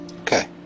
okay